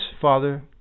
father